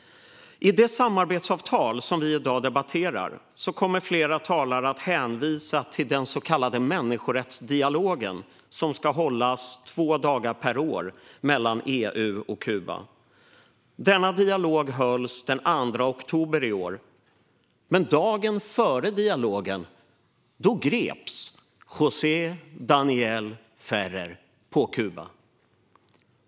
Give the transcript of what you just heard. I det samarbetsavtal som vi i dag debatterar kommer flera talare att hänvisa till den så kallade människorättsdialog som ska hållas två dagar per år mellan EU och Kuba. Denna dialog hölls den 2 oktober i år. Dagen före dialogen greps José Daniel Ferrer på Kuba.